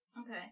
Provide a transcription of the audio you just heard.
Okay